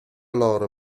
loro